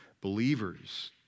believers